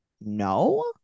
no